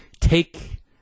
take